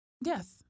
Yes